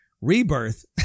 rebirth